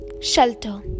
SHELTER